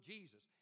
Jesus